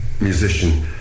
musician